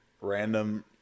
random